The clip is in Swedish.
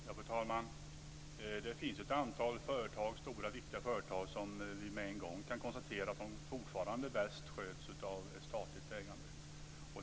Fru talman! Det finns ett antal stora viktiga företag där vi med en gång kan konstatera att de fortfarnde bäst sköts av statligt ägande.